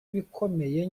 ibikomeye